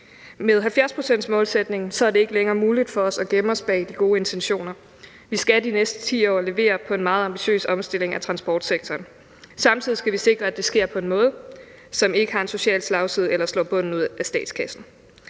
Med 70-procentsmålsætningen er det ikke længere muligt for os at gemme os bag de gode intentioner. Vi skal de næste 10 år levere en meget ambitiøs omstilling af transportsektoren. Samtidig skal vi sikre, at det sker på en måde, som ikke har en social slagside eller slår bunden ud af statskassen.